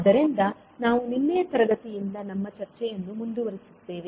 ಆದ್ದರಿಂದ ನಾವು ನಿನ್ನೆಯ ತರಗತಿಯಿಂದ ನಮ್ಮ ಚರ್ಚೆಯನ್ನು ಮುಂದುವರಿಸುತ್ತೇವೆ